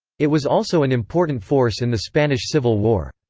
it was also an important force in the spanish civil war.